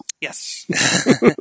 Yes